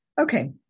Okay